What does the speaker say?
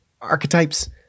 archetypes